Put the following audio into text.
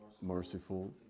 merciful